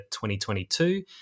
2022